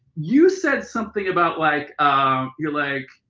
you said something about like you're like,